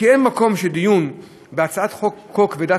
כי אין מקום שדיון בהצעת חוק כה כבדת